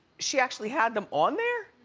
she actually had them on there?